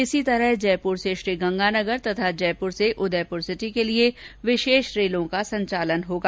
इसी तरह जयपुर से श्रीगंगानगर तथा जयपुर से उदयपुर सिटी के लिये विशेष रेलों का संचालन होगा